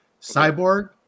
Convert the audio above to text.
Cyborg